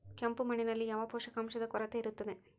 ಕೆಂಪು ಮಣ್ಣಿನಲ್ಲಿ ಯಾವ ಪೋಷಕಾಂಶದ ಕೊರತೆ ಇರುತ್ತದೆ?